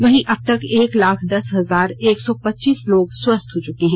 वहीं अब तक एक लाख दस हजार एक सौ पच्चीस लोग स्वस्थ हो चुके हैं